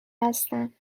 هستم